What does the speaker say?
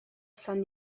san